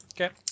Okay